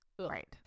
Right